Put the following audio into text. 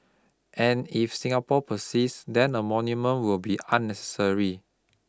and if Singapore persists then a monument will be unnecessary